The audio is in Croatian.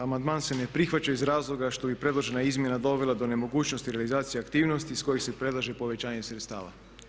Amandman se ne prihvaća iz razloga što bi predložena izmjena dovela do nemogućnosti realizacije aktivnosti iz koje se predlaže povećanje sredstava.